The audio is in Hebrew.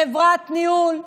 חברת ניהול.